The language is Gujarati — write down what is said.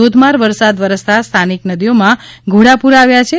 ધોધમાર વરસાદ વરસતા સ્થાનિક નદીઓમાં ઘોડાપૂર આવ્યા છે